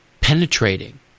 penetrating